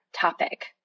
topic